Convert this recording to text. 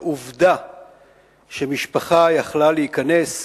העובדה שמשפחה יכלה להיכנס,